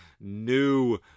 new